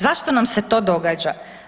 Zašto nam se to događa?